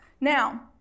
Now